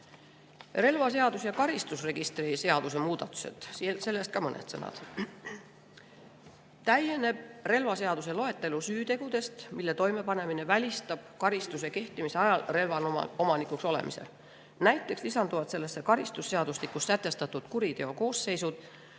eestikeelne. Relvaseaduse ja karistusregistri seaduse muudatused – sellest ka mõned sõnad. Täieneb relvaseaduse loetelu süütegudest, mille toimepanemine välistab karistuse kehtimise ajal relva omanikuks olemise. Näiteks lisanduvad sellesse karistusseadustikus sätestatud kuriteokoosseisud,